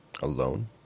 alone